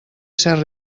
ser